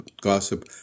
gossip